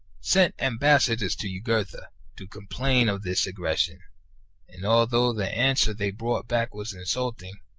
sent ambassadors to jugurtha to complain of this aggression and, although the answer they brought back was insulting,